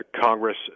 Congress